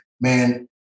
Man